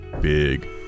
Big